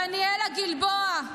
דניאלה גלבוע,